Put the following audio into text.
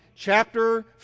chapter